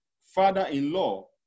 father-in-law